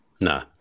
No